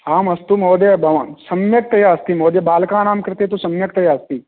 आम् अस्तु महोदय भवान् सम्यकतया अस्ति महोदय बालकानां कृते तु सम्यक्तया अस्ति